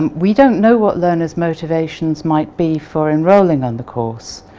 um we don't know what learners' motivations might be for enrolling on the course.